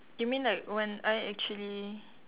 you mean like when I actually